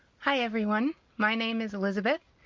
hi everyone! my name is elizabeth.